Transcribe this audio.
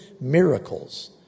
miracles